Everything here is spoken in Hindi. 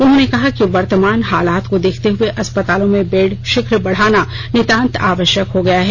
उन्होंने कहा कि वर्तमान हालात को देखते हुए अस्पतालों में बेड शीघ्र बढ़ाना नितांत आवश्यक हो गया है